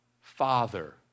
Father